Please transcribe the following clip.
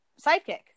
sidekick